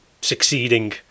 succeeding